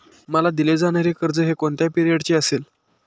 मला दिले जाणारे कर्ज हे कोणत्या पिरियडचे असेल?